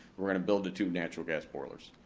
we're gonna build the two natural gas boilers.